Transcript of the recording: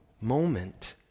moment